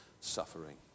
suffering